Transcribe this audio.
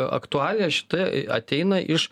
aktualija šita ateina iš